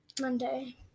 Monday